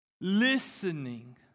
listening